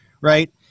right